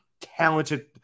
talented